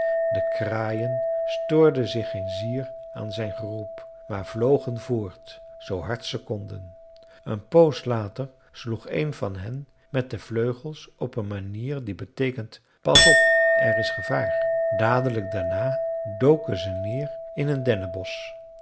de kraaien stoorden zich geen zier aan zijn geroep maar vlogen voort zoo hard ze konden een poos later sloeg een van hen met de vleugels op een manier die beteekent pas op er is gevaar dadelijk daarna doken ze neer in een dennenbosch